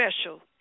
special